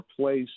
Place